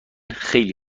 خیلی